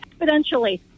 exponentially